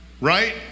right